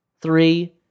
three